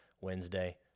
Wednesday